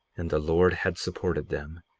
and the lord had supported them,